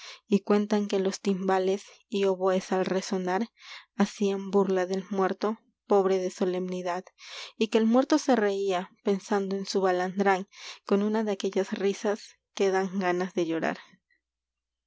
y cuentan que y los timbales oboes al resonar muerto hacían burla del c pobre de solemnidad y que el muerto se reía pensando en su balandrán con una de aquellas risas que dan ganas de llorar